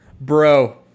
bro